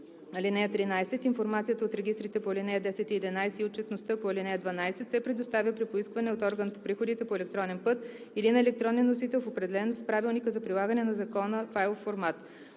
(13) Информацията от регистрите по ал. 10 и 11 и отчетността по ал. 12 се предоставя при поискване от орган по приходите по електронен път или на електронен носител в определен в правилника за прилагане на закона файлов формат.